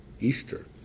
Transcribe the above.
Easter